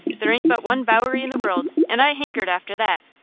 there ain't but one bowery in the world, and i hankered after that